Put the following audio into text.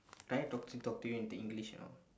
can I talk to talk to you in t~ English or not